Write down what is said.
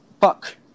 Fuck